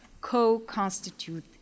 co-constitute